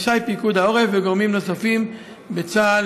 רשאי פיקוד העורף וגורמים נוספים בצה"ל